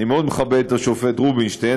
אני מאוד מכבד את פרופ' רובינשטיין,